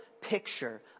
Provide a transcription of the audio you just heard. picture